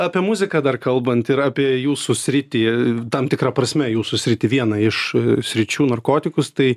apie muziką dar kalbant ir apie jūsų sritį tam tikra prasme jūsų sritį vieną iš sričių narkotikus tai